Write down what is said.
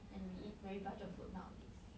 and we eat very budget food nowadays